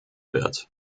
wird